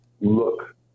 look